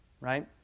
right